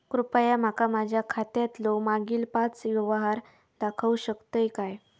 कृपया माका माझ्या खात्यातलो मागील पाच यव्हहार दाखवु शकतय काय?